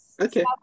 okay